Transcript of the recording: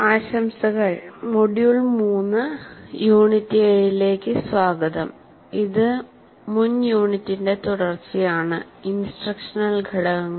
ആശംസകൾ module 3 unit 7 ലേക്ക് സ്വാഗതംഇത് മുൻ യൂണിറ്റിന്റെ തുടർച്ചയാണ് ഇൻസ്ട്രക്ഷണൽ ഘടകങ്ങൾ